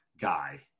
guy